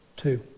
Two